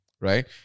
Right